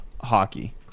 hockey